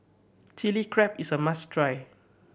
Chili Crab is a must try